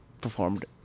performed